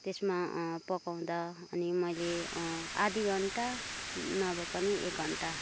त्यसमा पकाउँदा अनि मैले आधा घन्टा नभए पनि एक घन्टा